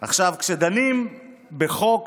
עכשיו, כשדנים בחוק